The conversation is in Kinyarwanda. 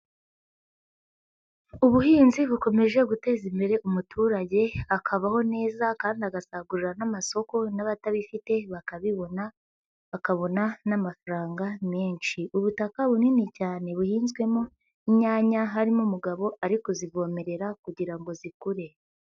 Ubuhinzi bukomeje guteza imbere umuturage, akabaho neza kandi agasagurira n'amasoko n'abatabifite bakabibona akabona n'amafaranga menshi, ubutaka bunini cyane buhinzwemo inyanya harimo umugabo ari kuzivomerera kugira ngo zikure.